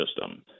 system